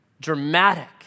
dramatic